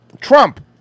Trump